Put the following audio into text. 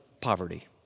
poverty